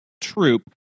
troop